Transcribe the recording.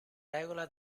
regola